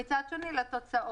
ומצד שני לתוצאות.